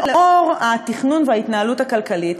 לנוכח התכנון וההתנהלות הכלכלית,